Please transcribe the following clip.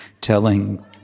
telling